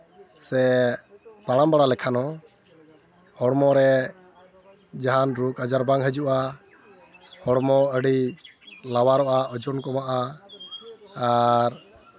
ᱥᱮ ᱛᱟᱲᱟᱢ ᱵᱟᱲᱟ ᱞᱮᱠᱷᱟᱱ ᱦᱚᱸ ᱦᱚᱲᱢᱚᱨᱮ ᱡᱟᱦᱟᱱ ᱨᱳᱜᱽ ᱟᱡᱟᱨ ᱵᱟᱝ ᱦᱤᱡᱩᱜᱼᱟ ᱦᱚᱲᱢᱚ ᱟᱹᱰᱤ ᱞᱟᱣᱟᱨᱚᱜᱼᱟ ᱳᱡᱚᱱ ᱠᱚᱢᱚᱜᱼᱟ ᱟᱨ